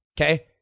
okay